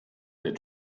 der